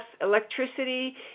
electricity